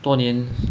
多年